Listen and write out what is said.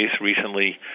recently